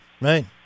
Right